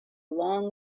long